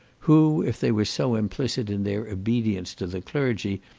who, if they were so implicit in their obedience to the clergy,